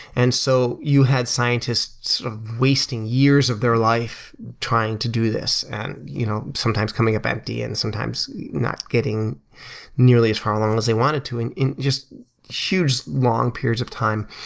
and so you had scientists wasting years of their life trying to do this, and you know sometimes coming up empty and sometimes not getting nearly as far along as they wanted to in in just huge, long periods of time.